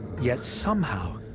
yet somehow,